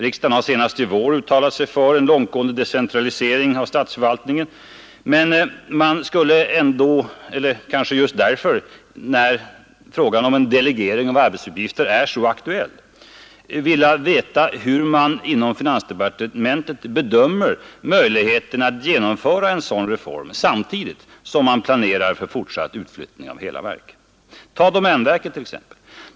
Riksdagen har senast i vår uttalat sig för en långtgående decentralisering av statsförvaltningen. Men vi skulle ändå — eller kanske just därför — när frågan om en delegering av arbetsuppgifter är så aktuell, vilja veta hur man inom finansdepartementet bedömer möjligheterna att genomföra en sådan reform samtidigt som man planerar för fortsatt utflyttning av hela verk. Tag domänverket t.ex.!